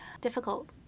difficult